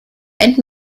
and